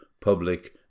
public